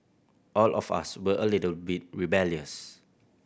all of us were a little bit rebellious